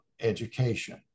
education